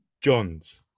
johns